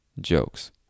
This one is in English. jokes